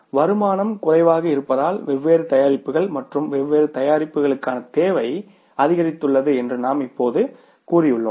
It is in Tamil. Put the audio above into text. வருமானம் குறைவாக இருப்பதால் வெவ்வேறு தயாரிப்புகள் மற்றும் வெவ்வேறு தயாரிப்புகளுக்கான தேவை அதிகரித்துள்ளது என்று நாம் இப்போது கூறியுள்ளோம்